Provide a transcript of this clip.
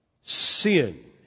sin